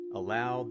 allow